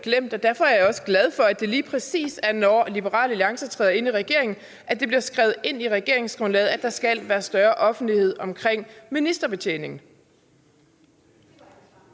Derfor er jeg også glad for, at det er lige præcis, når Liberal Alliance træder ind i regeringen, at der bliver skrevet ind i regeringsgrundlaget, at der skal være større offentlighed i ministerbetjeningen.